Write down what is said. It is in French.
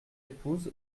épouse